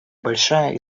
большая